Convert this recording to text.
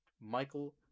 Michael